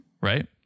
right